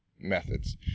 methods